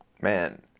man